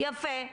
יפה.